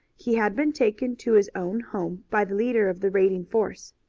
he had been taken to his own home by the leader of the raiding force.